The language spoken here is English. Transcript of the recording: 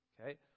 Okay